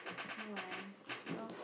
how eh